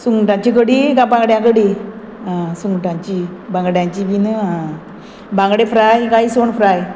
सुंगटांची कडी काय बांगड्यां कडी आ सुंगटांची बांगड्यांची बीन आं बांगडे फ्राय काय विसोण फ्राय